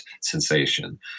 sensation